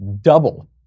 double